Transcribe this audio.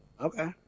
Okay